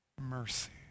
Mercy